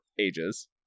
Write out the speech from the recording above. ages